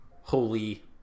holy